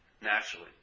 naturally